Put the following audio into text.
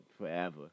forever